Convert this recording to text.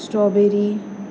strawberry